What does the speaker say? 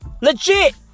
Legit